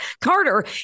Carter